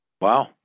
Wow